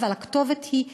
אבל הכתובת היא,